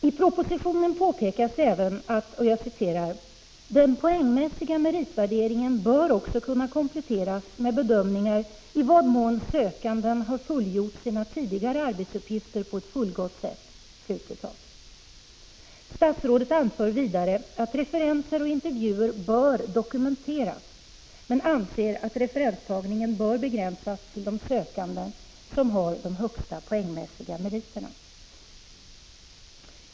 I propositionen påpekas även: ”Den poängmässiga meritvärderingen bör också kunna kompletteras med bedömningar av i vad mån sökanden har fullgjort sina tidigare arbetsuppgifter på ett fullgott sätt.” Statsrådet anför vidare att referenser och intervjuer bör dokumenteras, men anser att referenstagningen bör begränsas till de sökande som har de högsta poängmässiga meriterna.